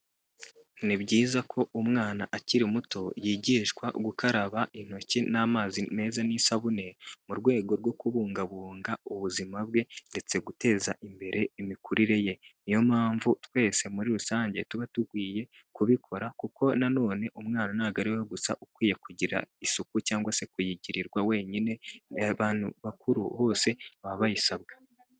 Ni byiza ko umwana akiri muto yigishwa gukaraba intoki n'amazi meza n'isabune, mu rwego rwo kubungabunga ubuzima bwe ndetse guteza imbere imikurire ye, niyo mpamvu twese muri rusange tuba dukwiye kubikora kuko nanone umwana ntabwo ari we gusa ukwiye kugira isuku cyangwa se kuyigirirwa wenyine, abantu bakuru bose baba bayisabwa.